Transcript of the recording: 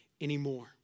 anymore